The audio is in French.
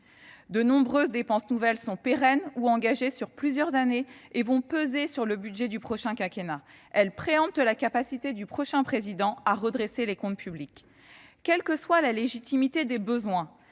de nombreuses dépenses nouvelles sont pérennes ou engagées sur plusieurs années : elles pèseront sur les budgets du prochain quinquennat, obérant la capacité du prochain Président de la République à redresser les comptes publics. Quelle que soit la légitimité des besoins,